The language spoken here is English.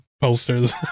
posters